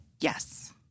Yes